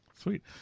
Sweet